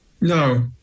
No